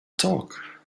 talk